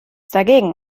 dagegen